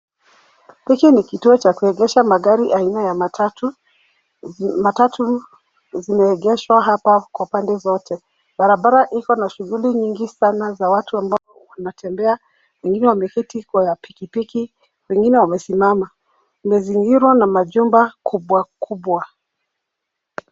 Hiki ni kituo cha kuegesha magari aina ya matatu. Matatu zimeegeshwa hapa kwa pande zote. Barabara iko na shughuli nyingi sana za watu ambao wanatembea wengine wameketi kwa pikipiki wengine wamesimama. Wamezingirwa na majumba kubwa kubwa.